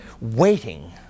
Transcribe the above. waiting